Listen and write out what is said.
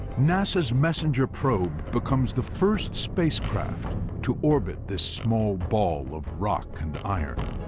nasa's messenger probe becomes the first spacecraft to orbit this small ball of rock and iron.